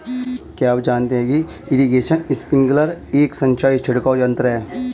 क्या आप जानते है इरीगेशन स्पिंकलर एक सिंचाई छिड़काव यंत्र है?